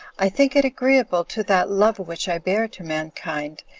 i think it agreeable to that love which i bear to mankind,